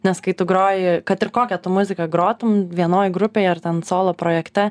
nes kai tu groji kad ir kokią tu muziką grotum vienoj grupėj ar ten solo projekte